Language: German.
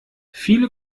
viele